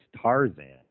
Tarzan